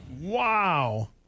Wow